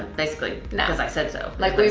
basically because i said so. like like